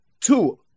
two